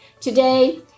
Today